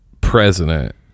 president